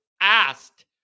asked